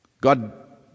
God